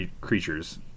creatures